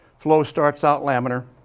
flow starts out laminar.